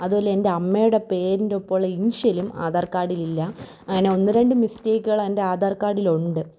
അതുവല്ല എൻ്റെ അമ്മേടെ പേരിൻറ്റൊപ്പമുള്ള ഇൻഷ്യലും ആധാർ കാർഡിലില്ല അങ്ങനെ ഒന്ന് രണ്ട് മിസ്റ്റേക്കുകളെൻ്റെ ആധാർ കാർഡിലുണ്ട്